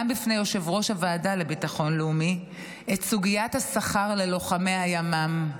בפני יושב-ראש הוועדה לביטחון לאומי את סוגיית השכר ללוחמי הימ"מ.